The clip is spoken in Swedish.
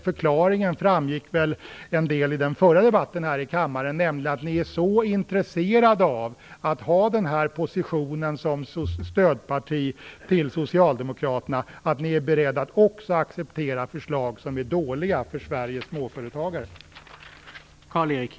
Förklaringen framgick ganska tydligt ur den förra debatten, nämligen att ni är så intresserade av att ha positionen som stödparti till Socialdemokraterna att ni är beredda att acceptera också förslag som är dåliga för Sveriges småföretagare.